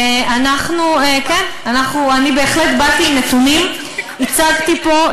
אנחנו, כן, אני בהחלט באתי עם נתונים, הצגתי פה.